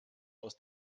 aus